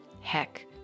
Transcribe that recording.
heck